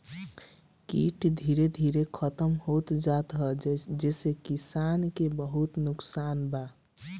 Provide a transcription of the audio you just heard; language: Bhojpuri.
कीट धीरे धीरे खतम होत जात ह जेसे किसान के बहुते नुकसान होत बा